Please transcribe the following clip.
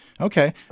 Okay